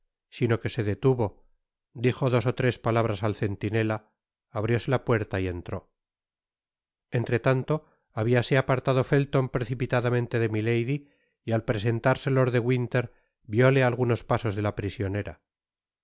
sino que se detuvo dijo dos ó tres palabras al centinela abrióse la puerta y entró entretanto habiase apartado felton precipitadamente de milady y al presentarse lord de winter vióle á algunos pasos de la prisionera el